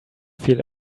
feel